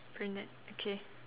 brunette okay